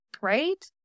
right